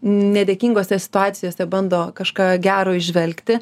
nedėkingose situacijose bando kažką gero įžvelgti